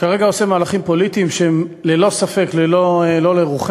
שכרגע עושה מהלכים פוליטיים שהם ללא ספק לא לרוחנו.